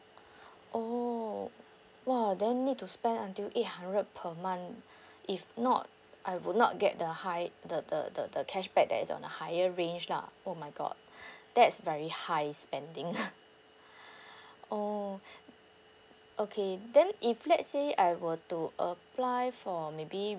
oh !wah! then need to spend until eight hundred per month if not I would not get the high the the the the cashback that's on a higher range lah oh my god that's very high spending lah oh okay then if let's say I were to apply for maybe